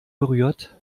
berührt